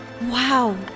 Wow